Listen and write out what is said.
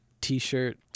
T-shirt